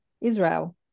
israel